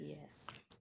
Yes